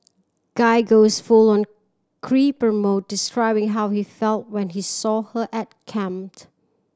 guy goes full on creeper mode describing how he felt when he saw her at camp